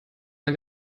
mal